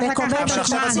שצריך לקחת את הזמן.